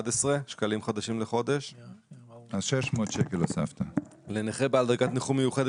שזה שכר דירה לנכה שהוא סטודנט.